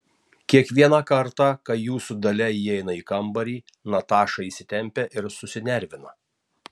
kiekvieną kartą kai jūsų dalia įeina į kambarį nataša įsitempia ir susinervina